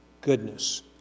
goodness